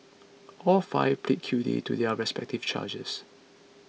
all five pleaded guilty to their respective charges